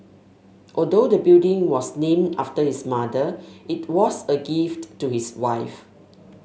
although the building was named after his mother it was a gift to his wife